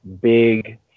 big